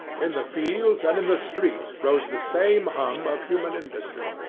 in the fields and in the streets rose the same hum of human industry.